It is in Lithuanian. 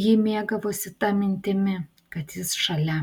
ji mėgavosi ta mintimi kad jis šalia